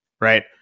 right